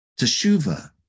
Teshuva